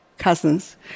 Cousins